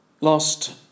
Last